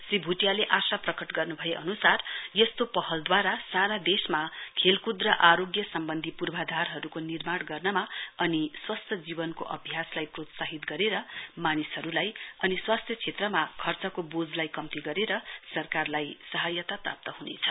श्री भुटियाले आशा प्रकट गर्नु भए अनुसार यस्तो पहलद्वारा सारा देशमा खेलकुद र आरोग्य सम्बन्धी पूर्वाधारहरूको निर्माण गर्नमा अनि स्वस्थ जीवनको अभ्यासलाई प्रोत्साहित गरेर मानिसहरूलाई र स्वास्थ्य क्षेत्रमा खर्चको बोझलाई कम्ती गरेर सरकारलाई सहायता प्राप्त हुनेछ